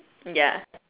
ya